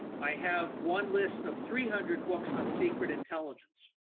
i have one list of three hundred books on secret intelligence.